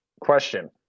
question